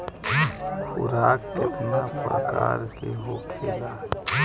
खुराक केतना प्रकार के होखेला?